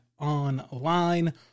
Online